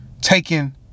Taking